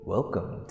Welcome